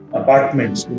apartments